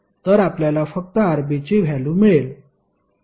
तर आपल्याला फक्त Rb ची व्हॅल्यु मिळेल